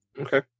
Okay